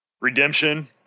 Redemption